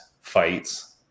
fights